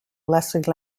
leslie